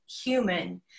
human